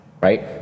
Right